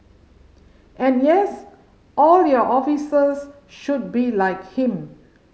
and yes all your officers should be like him